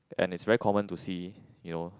and is very common to see you know